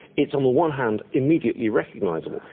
it's on the one hand immediately recognizable,